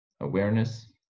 awareness